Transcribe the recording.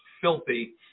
filthy